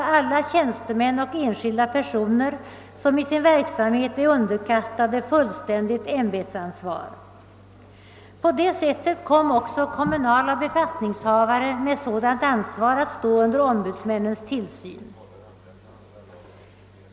Få motionärer har väl rönt en sådan framgång som han gjort med sin motion.